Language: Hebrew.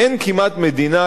אין כמעט מדינה,